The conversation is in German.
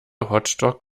hotdog